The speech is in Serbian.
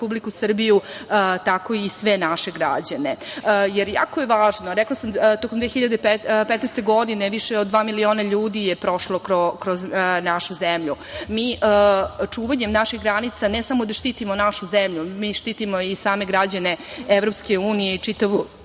Republiku Srbiju, tako i sve naše građane. Jako je važno, rekla sam toko 2015. godine više od dva miliona ljudi je prošlo kroz našu zemlju. Mi čuvanjem naših granica ne samo da štitimo našu zemlju, mi štitimo i same građane EU i čitavu